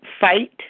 fight